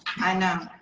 i know,